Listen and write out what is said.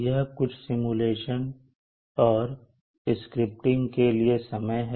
यह कुछ सिमुलेशन और कुछ स्क्रिप्टिंग के लिए समय है